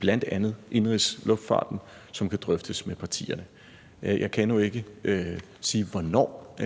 bl.a. indenrigsluftfarten, som kan drøftes med partierne. Jeg kan endnu ikke sige, hvornår